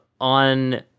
on